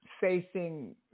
facing